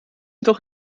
doch